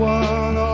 one